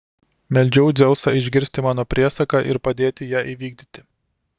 meldžiau dzeusą išgirsti mano priesaką ir padėti ją įvykdyti